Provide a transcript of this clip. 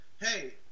hey